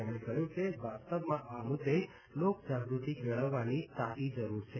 તેમણે કહ્યું કે વાસ્તવમાં આ મુદ્દે લોકજાગૃતિ કેળવવાની તાતી જરૂર છે